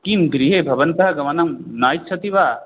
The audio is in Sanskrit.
किं ग्रिहे भवन्तः गमनं न इच्छन्ति वा